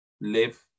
live